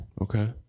Okay